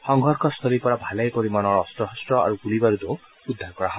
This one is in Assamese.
সংঘৰ্ষস্থলীৰ পৰা ভালে সংখ্যক অস্ত্ৰ শস্ত্ৰ আৰু গুলীবাৰুদো উদ্ধাৰ কৰা হয়